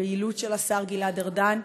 לפעילות של השר גלעד ארדן,